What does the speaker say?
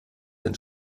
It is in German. den